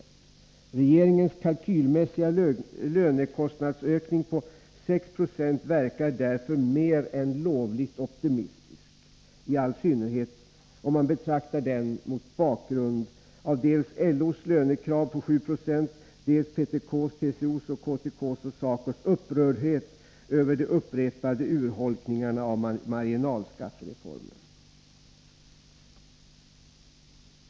Den av regeringen kalkylerade lönekostnadsökningen på 6 Io verkar därför mer än lovligt optimistisk, i all synnerhet om man betraktar den mot bakgrund av dels LO:s lönekrav på 7 96, dels PTK:s, TCO:s, KTK:s och SACO:s upprördhet över de upprepade urholkningarna av marginalskattereformen.